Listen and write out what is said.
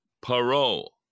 Parole